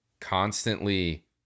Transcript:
constantly